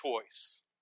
choice